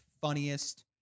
funniest